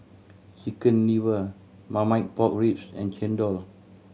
Chicken Liver Marmite Pork Ribs and chendol